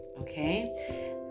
okay